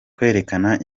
kwerekana